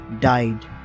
died